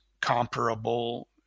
comparable